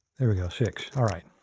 there we go. six, all right.